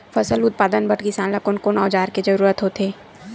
फसल उत्पादन बर किसान ला कोन कोन औजार के जरूरत होथे?